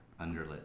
underlit